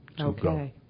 Okay